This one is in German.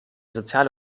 soziale